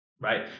right